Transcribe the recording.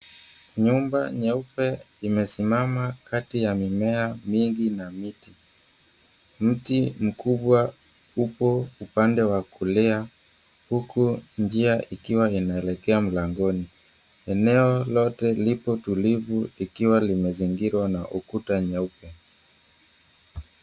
Nyumba nyeupe imesimama kati ya mimea mingi na miti. Mti mkubwa upo upande wa kulia huku njia ikiwa inaelekea mlangoni. Eneo lote lipo tulivu likiwa limezingirwa na ukuta nyeupe.